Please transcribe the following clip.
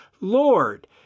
Lord